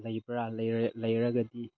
ꯂꯩꯕ꯭ꯔꯥ ꯂꯩꯔꯒꯗꯤ